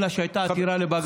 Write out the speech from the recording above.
אלא שהייתה עתירה לבג"ץ.